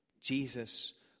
Jesus